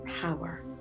power